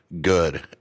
good